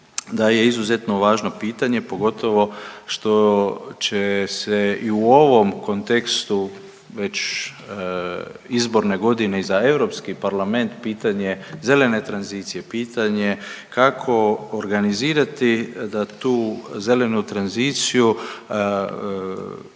da je izuzetno važno pitanje pogotovo što će se i u ovom kontekstu već izborne godine i za Europski parlament pitanje zelene tranzicije, pitanje kako organizirati da tu zelenu tranziciju